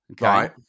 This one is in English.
right